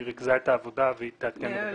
היא ריכזה את העבודה והיא תעדכן.